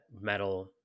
metal